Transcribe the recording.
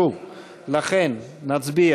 ומימון מפלגות,